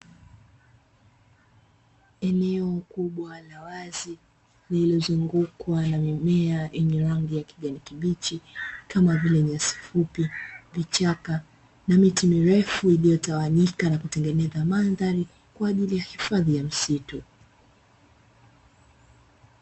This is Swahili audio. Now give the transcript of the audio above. Eneo kubwa la wazi lililozungukwa na mimea yenye rangi ya kijani kibichi, kama vile: nyasi fupi, vichaka na miti mirefu iliyotawanyika na kutengeneza mandhari, kwa ajili ya hifadhi ya msitu.